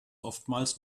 oftmals